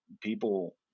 people